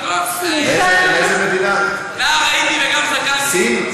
נער הייתי וגם זקנתי.